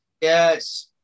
yes